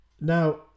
Now